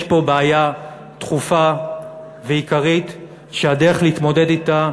יש פה בעיה דחופה ועיקרית, שהדרך להתמודד אתה,